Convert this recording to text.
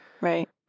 Right